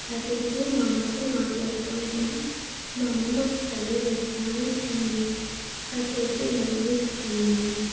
కాసేపు మా అమ్మతో మాట్లాడుతూ ఉంటాం మా అమ్మ మాకు కథలు చెప్తూ ఉంటుంది కాసేపు నవ్విస్తుంది